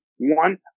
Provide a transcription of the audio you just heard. one